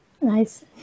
Nice